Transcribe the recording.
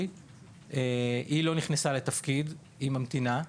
היא לא נכנסה לתפקיד, היא ממתינה.